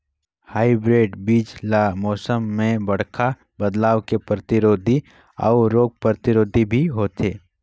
hybrid बीज ल मौसम में बड़खा बदलाव के प्रतिरोधी अऊ रोग प्रतिरोधी भी होथे